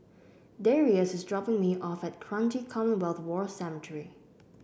Darrius is dropping me off at Kranji Commonwealth War Cemetery